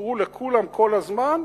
תשקרו לכולם לכל הזמן?